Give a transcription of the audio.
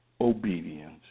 obedience